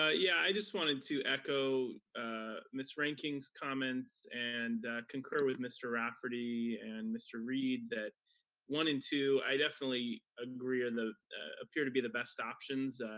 ah yeah, i just wanted to echo miss reinking's comments, and concur with mr. rafferty and mr. reid that one and two, i definitely agree, and appear to be the best options.